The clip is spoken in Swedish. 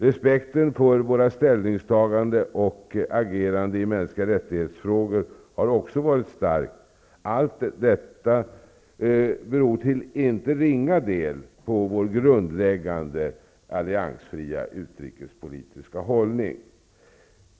Respekten för våra ställningstaganden och vårt agerande i mänskliga rättighetsfrågor har också varit stark. Allt detta beror till inte ringa del på vår grundläggande alliansfria utrikespolitiska hållning.